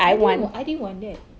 I told you I didn't want that